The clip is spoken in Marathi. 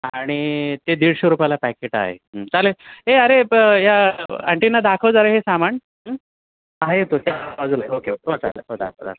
आणि ते दीडशे रुपयाला पॅकेट आहे चालेल ए अरे प या आंटीना दाखव जरा हे सामान आहे तो त्या बाजूला आहे ओके हो चालेल हो चालेल